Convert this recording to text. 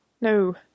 No